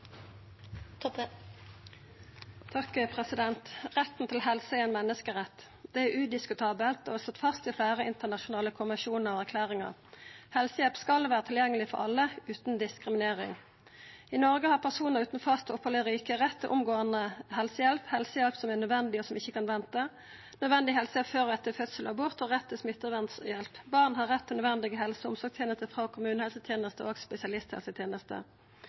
ein menneskerett. Det er udiskutabelt og er slått fast i fleire internasjonale konvensjonar og erklæringar. Helsehjelp skal vera tilgjengeleg for alle utan diskriminering. I Noreg har personar utan fast opphald i riket rett til omgåande helsehjelp, helsehjelp som er nødvendig og som ikkje kan venta, nødvendig helsehjelp før og etter fødsel og abort og rett til smittevernhjelp. Barn har rett til nødvendige helse- og omsorgstenester frå kommunehelsetenesta og